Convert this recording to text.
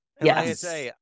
Yes